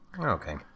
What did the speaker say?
Okay